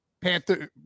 panther